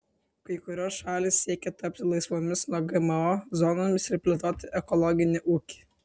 kai kurios šalys siekia tapti laisvomis nuo gmo zonomis ir plėtoti ekologinį ūkį